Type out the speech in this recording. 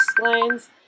lines